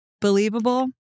believable